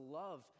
love